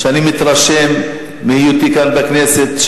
שאני מתרשם מהיותי כאן בכנסת,